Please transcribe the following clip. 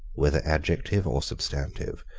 whether adjective or substantive,